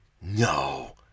No